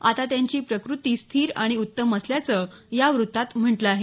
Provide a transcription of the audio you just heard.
आता त्यांची प्रकृती स्थिर आणि उत्तम असल्याचं या व्रत्तात म्हटलं आहे